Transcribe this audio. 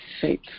faith